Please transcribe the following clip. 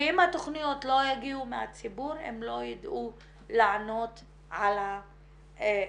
אם התכניות לא יגיעו מהציבור הם לא יידעו לענות על הצרכים.